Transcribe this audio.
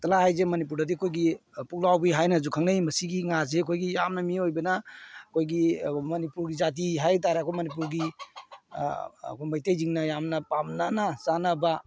ꯀꯇꯂꯥ ꯍꯥꯏꯁꯦ ꯃꯅꯤꯄꯨꯔꯗꯗꯤ ꯑꯩꯈꯣꯏꯒꯤ ꯄꯨꯛꯂꯥꯎꯕꯤ ꯍꯥꯏꯅꯁꯨ ꯈꯪꯅꯩ ꯃꯁꯤꯒꯤ ꯉꯥꯁꯦ ꯑꯩꯈꯣꯏꯒꯤ ꯌꯥꯝꯅ ꯃꯤꯑꯣꯏꯕꯅ ꯑꯩꯈꯣꯏꯒꯤ ꯃꯅꯤꯄꯨꯔꯒꯤ ꯖꯥꯇꯤ ꯍꯥꯏꯇꯔꯦ ꯑꯩꯈꯣꯏꯒꯤ ꯃꯅꯤꯄꯨꯔꯒꯤ ꯑꯩꯈꯣꯏ ꯃꯩꯇꯩꯁꯤꯡꯅ ꯌꯥꯝꯅ ꯄꯥꯝꯅꯅ ꯆꯥꯅꯕ